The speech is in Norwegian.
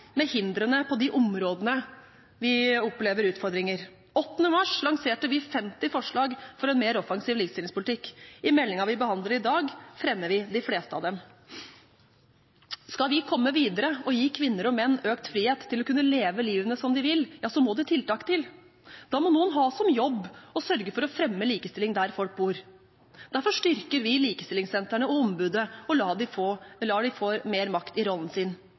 med hindrene på de områdene vi opplever utfordringer. Den 8. mars lanserte vi 50 forslag for en mer offensiv likestillingspolitikk. I innstillingen til meldingen vi behandler i dag, fremmer vi de fleste av dem. Skal vi komme videre og gi kvinner og menn økt frihet til å kunne leve livet som de vil, må det tiltak til. Da må noen ha som jobb å sørge for å fremme likestilling der folk bor. Derfor styrker vi likestillingssentrene og Ombudet og lar dem få mer makt i rollen sin.